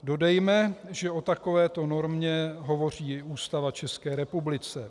Dodejme, že o takové to normě hovoří i Ústava České republiky.